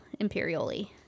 Imperioli